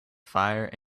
fire